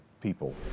people